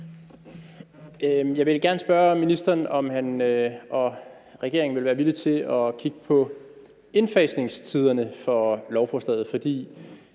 Jeg vil gerne spørge ministeren, om han og regeringen vil være villige til at kigge på indfasningstiderne for lovforslaget,